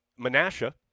Menasha